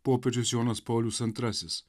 popiežius jonas paulius antrasis